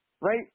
right